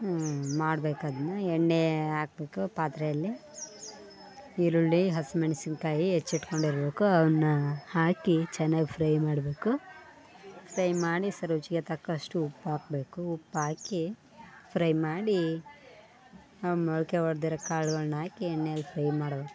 ಮಾಡಬೇಕಾದ್ನ ಎಣ್ಣೆ ಹಾಕ್ಬೇಕು ಪಾತ್ರೆಯಲ್ಲಿ ಈರುಳ್ಳಿ ಹಸಿಮೆಣಸಿನ್ಕಾಯಿ ಹೆಚ್ಚಿಟ್ಕೊಂಡಿರ್ಬೇಕು ಅದನ್ನ ಹಾಕಿ ಚೆನ್ನಾಗ್ ಫ್ರೈ ಮಾಡಬೇಕು ಫ್ರೈ ಮಾಡಿ ರುಚಿಗೆ ತಕ್ಕಷ್ಟು ಉಪ್ಪು ಹಾಕ್ಬೇಕು ಉಪ್ಪಾಕಿ ಫ್ರೈ ಮಾಡಿ ಆ ಮೊಳಕೆ ಒಡೆದಿರೋ ಕಾಳ್ಗಳನ್ನ ಹಾಕಿ ಎಣ್ಣೆಲಿ ಫ್ರೈ ಮಾಡಬೇಕು